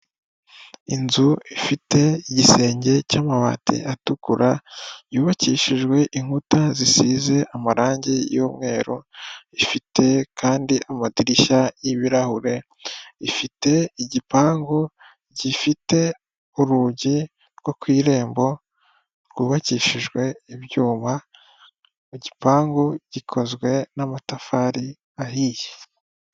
Inzu ifite igisenge cy'amabati atukura yubakishijwe inkuta zisize amarangi y'umweru, ifite kandi amadirishya y'ibirahure ifite igipangu gifite urugi rwo ku irembo rwubakishijwe ibyuma mu gipangu gikozwe n'amatafari ahiye.